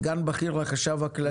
סגן בכיר לחשב הכללי.